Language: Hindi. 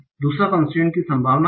दूसरा कंसट्रैंट की संभावना N